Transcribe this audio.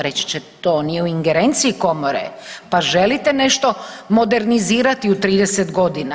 Reći ćete to nije u ingerenciji komore, pa želite nešto modernizirati u 30 godina.